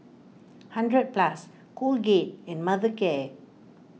hundred Plus Colgate and Mothercare